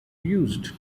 used